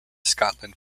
scotland